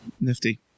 Nifty